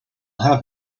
have